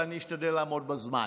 ואני אשתדל לעמוד בזמן.